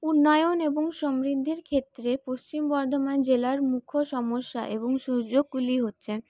উন্নয়ন এবং সমৃদ্ধির ক্ষেত্রে পশ্চিম বর্ধমান জেলার মুখ্য সমস্যা এবং সুযোগগুলি হচ্ছে